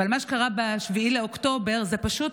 אבל מה שקרה ב-7 באוקטובר זה פשוט